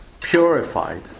purified